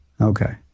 Okay